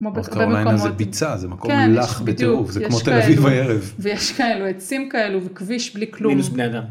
כמו מקומות, זה ביצה, זה מקום כן לח בטירוף בדיוק זה כמו תל אביב בערב ויש כאלו עצים כאלו וכביש בלי כלום, מינוס בני אדם